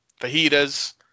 fajitas